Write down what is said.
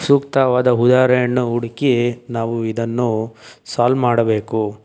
ಸೂಕ್ತವಾದ ಉದಾಹರಣೆಯನ್ನು ಹುಡುಕಿ ನಾವು ಇದನ್ನು ಸಾಲ್ವ್ ಮಾಡಬೇಕು